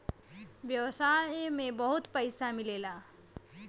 व्यवसाय में बहुत पइसा मिलेला